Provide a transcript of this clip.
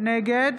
נגד